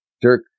Dirk